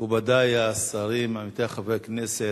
מכובדי השרים, עמיתי חברי הכנסת,